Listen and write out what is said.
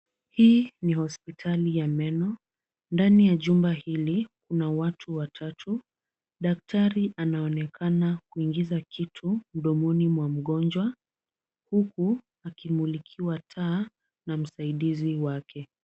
Hili ni hospitali ya meno. Ndani ya jumba hili kuna watu watatu, daktari anaonekana kuingiza kitu mdomoni mwa mgonjwa huku akimulikiwa taa na msaidizi wake.